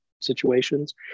situations